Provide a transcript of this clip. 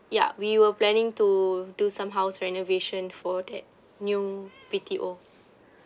ya we were planning to do some house renovation for that new B_T_O